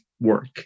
work